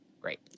Great